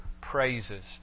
praises